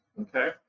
okay